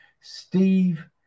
Steve